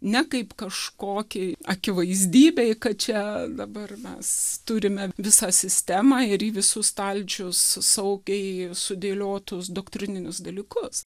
ne kaip kažkokį akivaizdybė kad čia dabar mes turime visą sistemą ir į visus stalčius saugiai sudėliotus doktrininius dalykus